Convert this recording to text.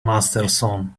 masterson